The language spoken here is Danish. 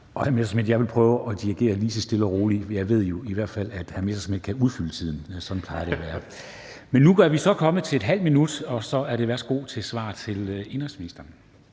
Morten Messerschmidt, prøve at dirigere det lige så stille og roligt, og jeg ved jo i hvert fald, at hr. Morten Messerschmidt kan udfylde tiden. Sådan plejer det at være. Men nu er vi så kommet til en taletid på ½ minut. Værsgo til social- og ældreministeren